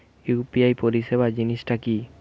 UPI পরিসেবা জিনিসটা কি?